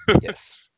Yes